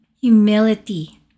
humility